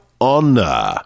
honor